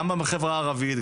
גם בחברה הערבית,